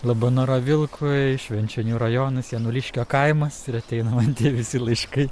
labanoro vilkui švenčionių rajonas januliškio kaimas ir ateina man tie visi laiškai